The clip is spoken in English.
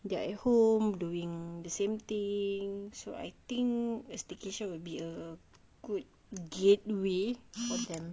they're at home doing the same thing so I think a staycation would be a good getaway for them